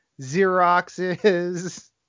Xeroxes